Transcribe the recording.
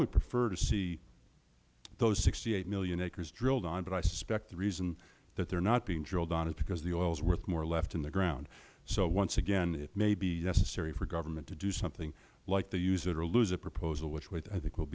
would prefer to see those sixty eight million acres drilled on but i suspect the reason that they are not being drilled on is because the oil is worth more left in the ground so once again it may be necessary for the government to do something like they use it or lose it proposal which i think we